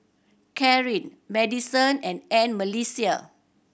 Carin Madisen and I'm Melissia